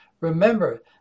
Remember